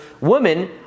women